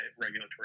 regulatory